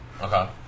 Okay